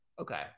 Okay